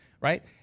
right